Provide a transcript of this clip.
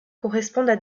correspondent